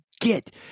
get